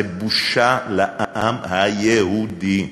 זה בושה לעם היהודי.